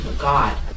God